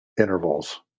intervals